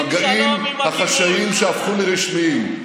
המגעים החשאיים שהפכו לרשמיים,